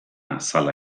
azala